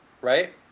Right